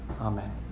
Amen